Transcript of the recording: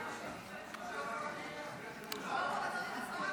אדוני היושב-ראש,